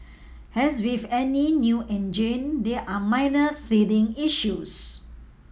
as with any new engine there are minor feeling issues